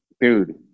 Dude